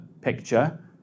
picture